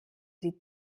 die